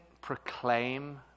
proclaim